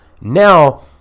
Now